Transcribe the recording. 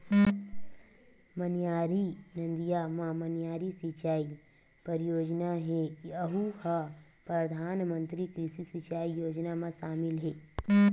मनियारी नदिया म मनियारी सिचई परियोजना हे यहूँ ह परधानमंतरी कृषि सिंचई योजना म सामिल हे